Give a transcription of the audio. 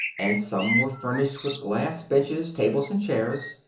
and some were furnished with glass benches, tables and chairs.